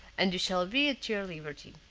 and you shall be at your liberty.